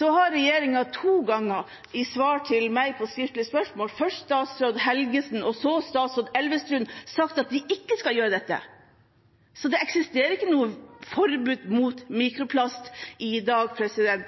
Regjeringen har to ganger i svar til meg på skriftlig spørsmål sagt – først tidligere statsråd Helgesen og så statsråd Elvestuen – at de ikke skal gjøre dette. Så det eksisterer ikke noe forbud mot mikroplast i dag.